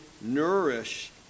nourish